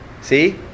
See